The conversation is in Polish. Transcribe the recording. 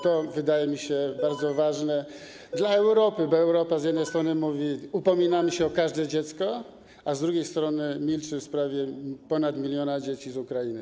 To wydaje mi się bardzo ważne dla Europy, bo Europa z jednej strony mówi: upominamy się o każde dziecko, a z drugiej strony milczy w sprawie ponad miliona dzieci z Ukrainy.